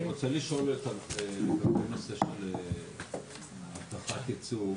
אני רוצה לשאול לגבי הבטחת ייצוג